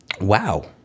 Wow